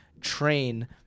train